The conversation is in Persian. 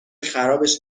خرابش